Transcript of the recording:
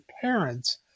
parents